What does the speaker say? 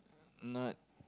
not